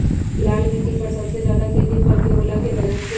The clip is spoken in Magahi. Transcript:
लाल मिट्टी पर सबसे ज्यादा खेती फल के होला की दलहन के?